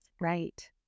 right